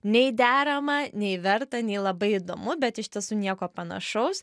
nei derama nei verta nei labai įdomu bet iš tiesų nieko panašaus